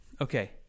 Okay